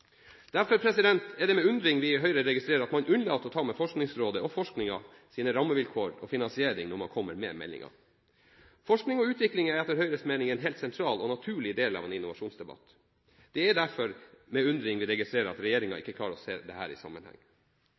Derfor er det med undring vi i Høyre registrerer at man unnlater å ta med Forskningsrådet og forskningens rammevilkår og finansiering i meldingen. Forskning og utvikling er etter Høyres mening et helt sentralt og naturlig tema i en innovasjonsdebatt. Det er derfor med undring vi registrerer at regjeringen ikke klarer å se dette i sammenheng.